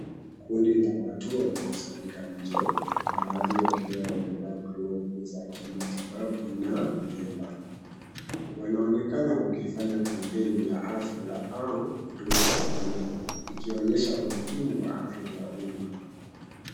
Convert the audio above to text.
Kundi la watu wamekusanyika nje baadhi wakiwa wamevaa glovu za kimatibabu na vilemba. Wanaonekana wakifanya kampeni ya afya au huduma za jamii ikionyesha umuhimu wa afya ya umma.